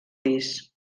pis